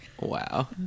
Wow